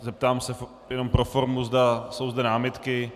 Zeptám se jenom pro formu, zda jsou zde námitky.